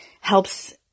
helps